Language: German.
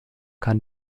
kann